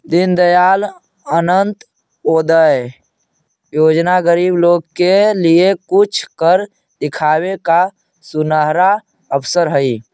दीनदयाल अंत्योदय योजना गरीब लोगों के लिए कुछ कर दिखावे का सुनहरा अवसर हई